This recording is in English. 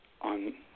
on